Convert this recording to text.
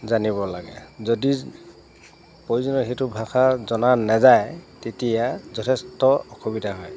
জানিব লাগে যদি প্ৰয়োজনীয় সেইটো ভাষা জনা নাযায় তেতিয়া যথেষ্ট অসুবিধা হয়